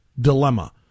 dilemma